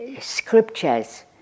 scriptures